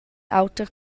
auter